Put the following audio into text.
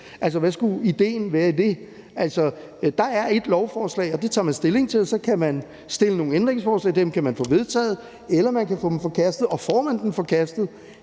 Altså, hvad skulle idéen være i det. Der er ét lovforslag, og det tager man stilling til, og så kan man stille nogle ændringsforslag, og dem kan man få vedtaget, eller man kan få dem forkastet, og får man dem forkastet,